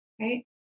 right